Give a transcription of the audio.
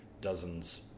dozens